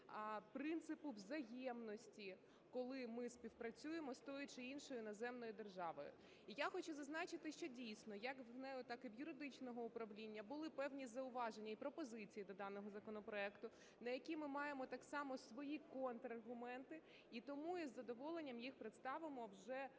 принципу взаємності, коли ми співпрацюємо з тою чи іншою іноземною державою. І я хочу зазначити, що дійсно як в ГНЕУ, так і в юридичного управління були певні зауваження і пропозиції до даного законопроекту, на які ми маємо так само свої контраргументи, і тому із задоволенням їх представимо вже,